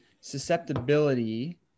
susceptibility